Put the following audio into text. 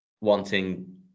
wanting